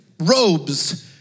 robes